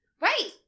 Right